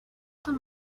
come